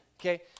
Okay